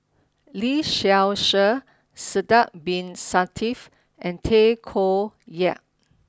Lee Seow Ser Sidek Bin Saniff and Tay Koh Yat